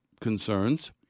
concerns